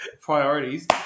Priorities